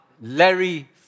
Larry